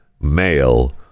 male